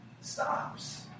stops